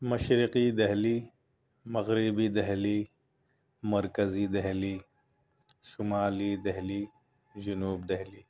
مشرقی دہلی مغربی دہلی مرکزی دہلی شمالی دہلی جنوب دہلی